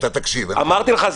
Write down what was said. אמרתי לך,